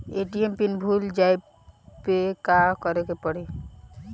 ATM pin भूल जाए पे का करे के पड़ी?